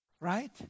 right